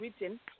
written